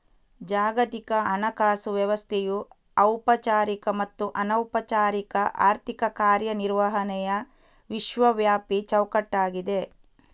ಜಾಗತಿಕ ಹಣಕಾಸು ವ್ಯವಸ್ಥೆಯು ಔಪಚಾರಿಕ ಮತ್ತು ಅನೌಪಚಾರಿಕ ಆರ್ಥಿಕ ಕಾರ್ಯ ನಿರ್ವಹಣೆಯ ವಿಶ್ವವ್ಯಾಪಿ ಚೌಕಟ್ಟಾಗಿದೆ